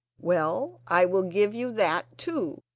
well, i will give you that too,